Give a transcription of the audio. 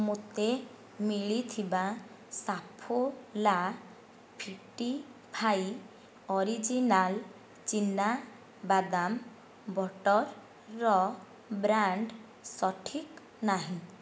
ମୋତେ ମିଳିଥିବା Saffola fittify original ଚିନା ବାଦାମ ବଟର୍ର ବ୍ରାଣ୍ଡ୍ ସଠିକ୍ ନାହିଁ